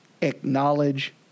acknowledge